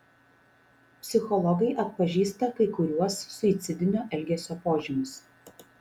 psichologai atpažįsta kai kuriuos suicidinio elgesio požymius